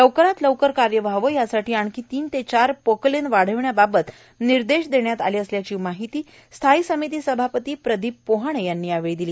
लवकरात लवकर कार्य व्हावं यासाठी आणखी तीन ते चार पोकलेन वाढविण्याबाबत निर्देश देण्यात आले आहेत अशी माहिती स्थायी समिती सभापती प्रदीप पोहाणे यांनी यावेळी दिली